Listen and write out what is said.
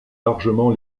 largement